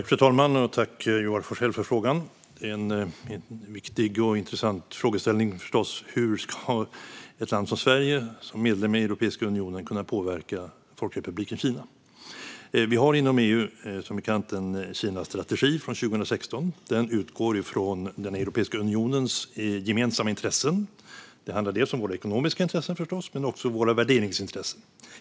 Fru talman! Tack, Joar Forssell, för frågan! Det är förstås en viktig och intressant frågeställning hur ett land som Sverige som medlem i Europeiska unionen ska kunna påverka Folkrepubliken Kina. Som bekant har vi inom EU en Kinastrategi från 2016. Den utgår från Europeiska unionens gemensamma intressen. Det handlar förstås dels om våra ekonomiska intressen, dels om våra värderingsintressen.